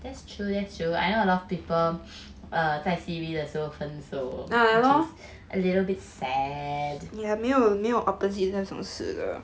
that's true that's true I know a lot of people err 在 C_B 的时候分手 it's a little bit sad